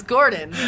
Gordon